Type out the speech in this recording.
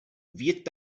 wird